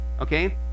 Okay